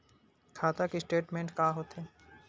खाता के स्टेटमेंट का होथे?